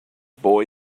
boy